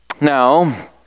Now